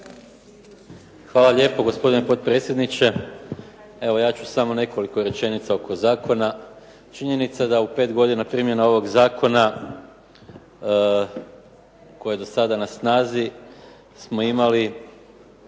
Hvala lijepo gospodine potpredsjedniče. Evo ja ću samo nekoliko rečenica oko zakona. Činjenica da u 5 godina primjena ovog zakona koji je do sada na snazi smo imali